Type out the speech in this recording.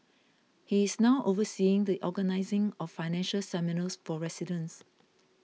he is now overseeing the organising of financial seminars for residents